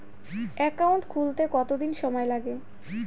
Account খুলতে কতদিন সময় লাগে?